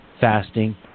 Fasting